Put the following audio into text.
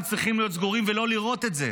למה הם צריכים להיות סגורים ולא לראות את זה?